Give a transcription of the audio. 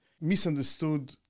misunderstood